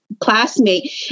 classmate